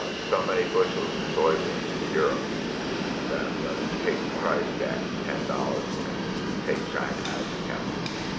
ah so many bushels of soybeans to europe that i'm going to take the price back to ten dollars and take china out of the calculus.